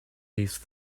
these